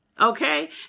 Okay